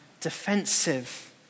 defensive